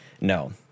No